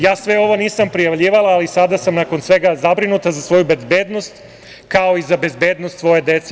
Ja sve ovo nisam prijavljivala, ali sada sam nakon svega zabrinuta za svoju bezbednost, kao i za bezbednost svoje dece“